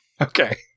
Okay